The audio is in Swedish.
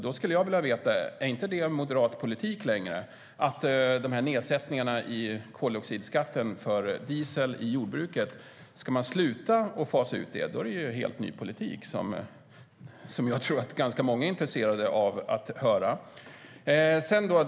Då skulle jag vilja veta: Är det inte moderat politik längre med de här nedsättningarna i fråga om koldioxidskatten för diesel i jordbruket? Ska man sluta att fasa ut detta är det en helt ny politik som jag tror att ganska många är intresserade av att höra om.